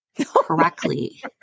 correctly